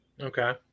Okay